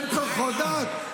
הן צורכות דת.